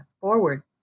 forward